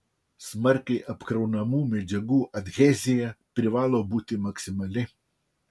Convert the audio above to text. smarkiai apkraunamų medžiagų adhezija privalo būti maksimali